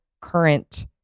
current